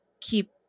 keep